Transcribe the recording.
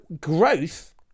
growth